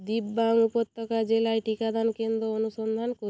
দিব্যাং উপত্যকা জেলায় টিকাদান কেন্দ্র অনুসন্ধান করুন